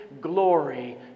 glory